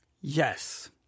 Yes